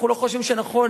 אנחנו לא חושבים שנכון